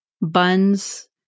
Buns